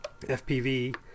FPV